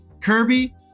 Kirby